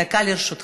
דקה לרשותך.